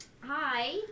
Hi